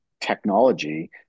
technology